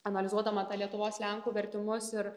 analizuodama tą lietuvos lenkų vertimus ir